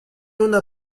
una